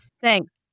Thanks